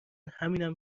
همینم